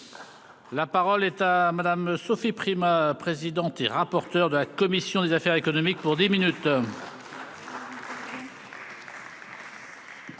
La parole est à madame Sophie Primas présidente et rapporteur de la commission des affaires économiques pour 10 minutes.